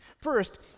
First